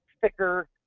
thicker